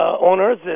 Owners